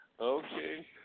Okay